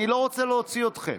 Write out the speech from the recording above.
אני לא רוצה להוציא אתכם.